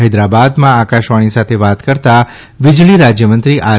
હૈદરાબાદમાં આકાશવાણી સાથે વાત કરતાં વિજળી રાજ્યમંત્રી આર